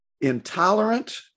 Intolerant